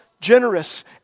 generous